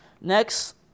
Next